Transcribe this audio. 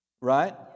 Right